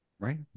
Right